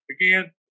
Again